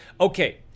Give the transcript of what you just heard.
okay